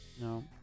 No